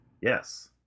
Yes